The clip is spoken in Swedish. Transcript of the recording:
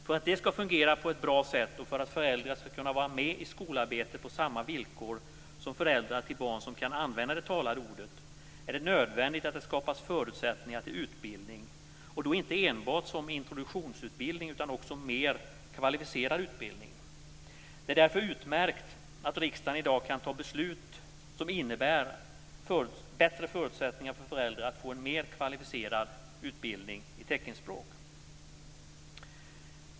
För att det skall fungera på ett bra sätt och för att föräldrarna skall kunna vara med i skolarbetet på samma villkor som föräldrar till barn som kan använda det talade ordet, är det nödvändigt att det skapas förutsättningar för utbildning, och då inte enbart introduktionsutbildning utan också mer kvalificerad utbildning. Det är därför utmärkt att riksdagen i dag kan fatta beslut som innebär bättre förutsättningar för föräldrar att få en mer kvalificerad utbildning i teckenspråk.